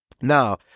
Now